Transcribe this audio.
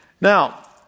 Now